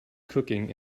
cooking